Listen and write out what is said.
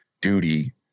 duty